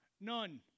None